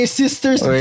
sister's